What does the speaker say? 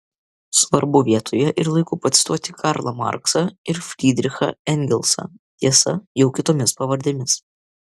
svarbu vietoje ir laiku pacituoti karlą marksą ir frydrichą engelsą tiesa jau kitomis pavardėmis